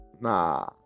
Nah